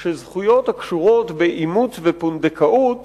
של זכויות הקשורות באימוץ ופונדקאות